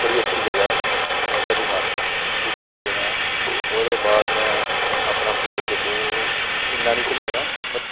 बड़ी अच्छी जगह् ऐ बाह्वे आह्ली माता उद्धर गेदा ऐं होर ओह्दे बाद में अपना पूरा जम्मू इन्ना निं घूमे दा ऐं